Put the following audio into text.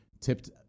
tipped